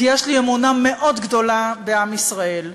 כי יש לי אמונה מאוד גדולה בעם ישראל,